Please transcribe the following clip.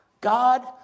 God